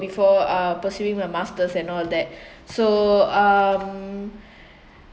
before uh pursuing a masters and all that so um